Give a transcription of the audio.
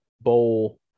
bowl